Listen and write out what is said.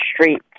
street